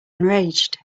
enraged